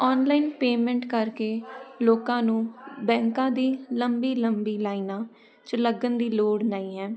online payment ਕਰਕੇ ਲੋਕਾਂ ਨੂੰ ਬੈਂਕਾਂ ਦੀ ਲੰਬੀ ਲੰਬੀ ਲਾਈਨਾਂ 'ਚ ਲੱਗਣ ਦੀ ਲੋੜ ਨਹੀਂ ਹੈ